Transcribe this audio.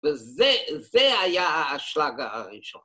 וזה-זה היה ה-ה-השלב הראשון.